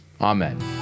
Amen